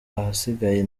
ahasigaye